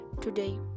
Today